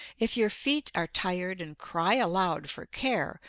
if your feet are tired and cry aloud for care,